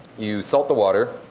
you salt the water.